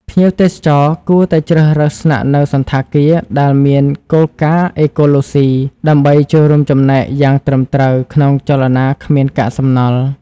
ភ្ញៀវទេសចរគួរតែជ្រើសរើសស្នាក់នៅសណ្ឋាគារដែលមានគោលការណ៍អេកូឡូសុី ដើម្បីចូលរួមចំណែកយ៉ាងត្រឹមត្រូវក្នុងចលនាគ្មានកាកសំណល់។